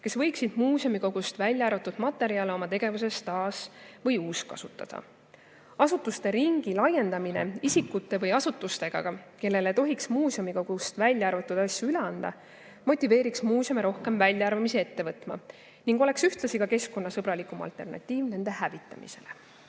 kes võiksid muuseumikogust välja arvatud materjale oma tegevuses taas- või uuskasutada. Asutuste ringi laiendamine isikute või asutustega, kellele tohiks muuseumikogust välja arvatud asju üle anda, motiveeriks muuseumi rohkem väljaarvamisi ette võtma ning oleks ühtlasi keskkonnasõbralikum alternatiiv nende hävitamisele.